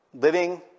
living